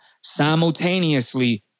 simultaneously